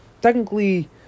Technically